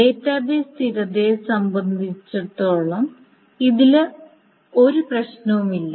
database സ്ഥിരതയെ സംബന്ധിച്ചിടത്തോളം ഇതിൽ ഒരു പ്രശ്നവുമില്ല